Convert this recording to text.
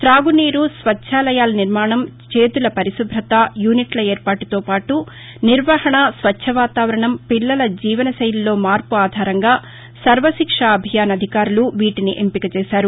తాగునీరు స్వచ్చాలయాల నిర్మాణం చేతుల శుభ్రత యూనిట్ల ఏర్పాటుతో పాటు నిర్వహణ స్వచ్చ వాతావరణం పిల్లల జీవనెలిలో మార్పు ఆధారంగా సర్వశిక్షా అభియాన్ అధికారులు వీటిని ఎంపిక చేశారు